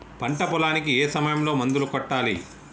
పంట పొలానికి ఏ సమయంలో మందులు కొట్టాలి?